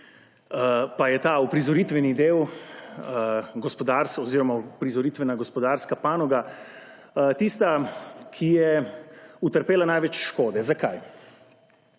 pa je ta uprizoritveni del gospodarstva oziroma uprizoritvena gospodarska panoga tista, ki sta utrpela največ škode. Zakaj?